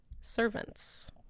servants